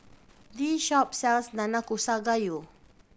this shop sells Nanakusa Gayu